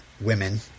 women